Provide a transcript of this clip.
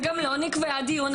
וגם לא נקבע דיון על הצעות החוק.